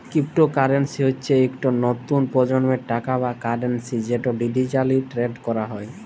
crypto currency হচ্যে ইকট লতুল পরজলমের টাকা বা কারেলসি যেট ডিজিটালি টেরেড ক্যরা হয়